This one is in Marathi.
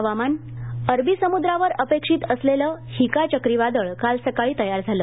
हवामान अरबी समुद्रावर अपेक्षित असलेलं हीका चक्रीवादळ काल सकाळी तयार झालं